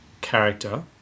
character